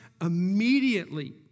Immediately